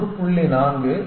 32 1